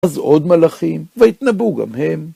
אז עוד מלאכים, והתנבאו גם הם.